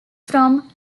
from